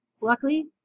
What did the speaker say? Luckily